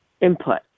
input